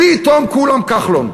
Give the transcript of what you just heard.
פתאום כולם כחלון.